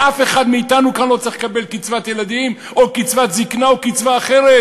ואף אחד מאתנו כאן לא צריך לקבל קצבת ילדים או קצבת זיקנה או קצבה אחרת,